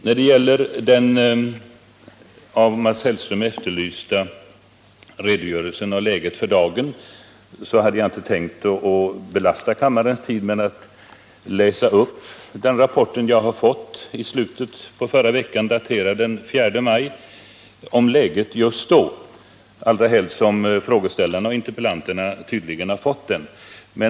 När det gäller den av Mats Hellström efterlysta redogörelsen av läget för dagen hade jag inte tänkt belasta kammarens tid med att läsa upp en rapport, daterad den 4 maj, om läget just då, allra helst som frågeställarna och interpellanterna tydligen har fått den rapporten.